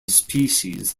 species